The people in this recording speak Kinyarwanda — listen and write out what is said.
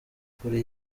kuri